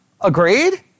Agreed